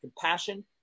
compassion